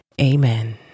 Amen